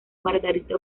margarita